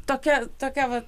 tokia tokia va